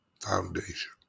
Foundation